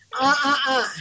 uh-uh-uh